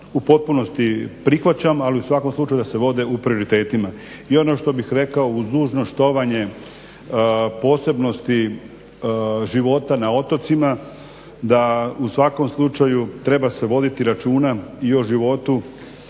U potpunosti prihvaćam ali u svakom slučaju da se vode u prioritetima. I ono što bih rekao uz dužno štovanje posebnosti života na otocima da u svakom slučaju treba se voditi računa i o životu